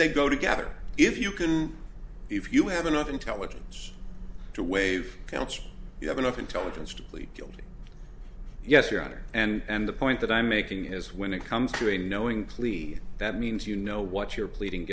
they go together if you can if you have enough intelligence to wave you have enough intelligence to plead guilty yes your honor and the point that i'm making is when it comes to a knowing plea that means you know what you're pleading